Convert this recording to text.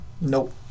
Nope